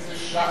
אין לזה שחר.